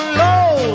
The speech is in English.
low